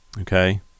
Okay